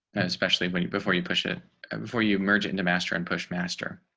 especially when you before you push it before you merge it into master and push master.